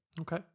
okay